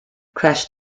crash